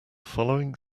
following